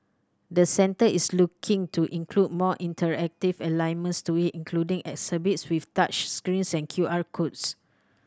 the centre is looking to include more interactive elements to it including exhibits with touch screens and Q R codes